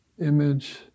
image